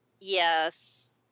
Yes